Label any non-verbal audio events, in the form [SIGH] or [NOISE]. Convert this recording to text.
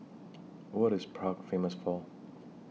[NOISE] What IS Prague Famous For